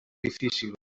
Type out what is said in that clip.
difícil